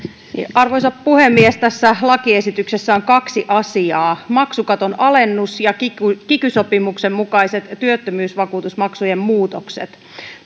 arvoisa puhemies tässä lakiesityksessä on kaksi asiaa maksukaton alennus ja kiky kiky sopimuksen mukaiset työttömyysvakuutusmaksujen muutokset